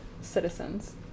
citizens